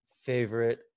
favorite